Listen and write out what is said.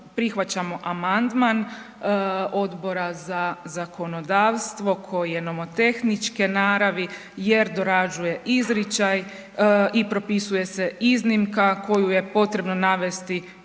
prihvaćamo amandman Odbora za zakonodavstvo koji je nomotehničke naravi jer dorađuje izričaj i propisuje se iznimka koju je potrebno navesti.